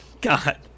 God